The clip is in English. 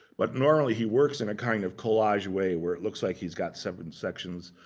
but normally, he works in a kind of collage way, where it looks like he's got separate sections.